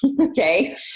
Okay